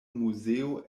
muzeo